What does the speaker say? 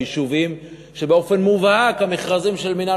ביישובים שבאופן מובהק המכרזים של מינהל